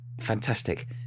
fantastic